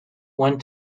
went